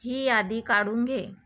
ही यादी काढून घे